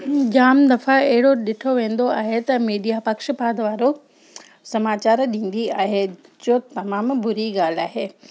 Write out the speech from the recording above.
जाम दफ़ा अहिड़ो ॾिठो वेंदो आहे त मीडिया पक्षपातु वारो समाचार ॾींदी आहे जो तमामु बुरी ॻाल्हि आहे